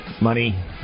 money